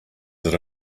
that